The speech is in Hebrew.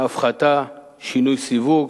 הפחתה, שינוי סיווג,